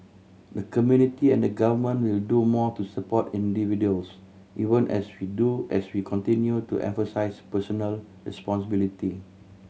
the community and government will do more to support individuals even as we do as we continue to emphasise personal responsibility